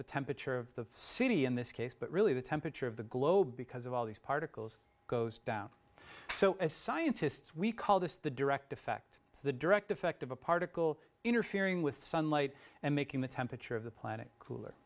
the temperature of the city in this case but really the temperature of the globe because of all these particles goes down so as scientists we call this the direct effect the direct effect of a particle interfering with sunlight and making the temperature of the planet cooler